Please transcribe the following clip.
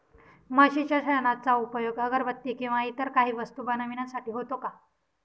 म्हशीच्या शेणाचा उपयोग अगरबत्ती किंवा इतर काही वस्तू बनविण्यासाठी होतो का?